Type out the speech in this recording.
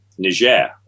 Niger